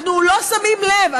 אנחנו לא שמים לב,